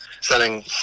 selling